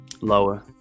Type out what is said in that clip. lower